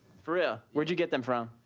for real? where'd you get them from?